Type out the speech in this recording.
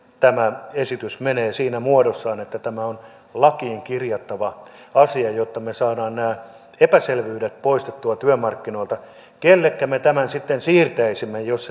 tämä esitys menee siinä muodossaan että tämä on lakiin kirjattava asia jotta me saamme nämä epäselvyydet poistettua työmarkkinoilta kenellekä me tämän sitten siirtäisimme jos